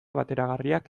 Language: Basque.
bateragarriak